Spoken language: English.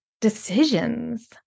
decisions